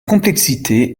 complexité